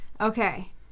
Okay